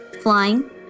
flying